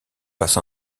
passe